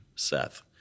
Seth